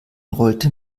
rollte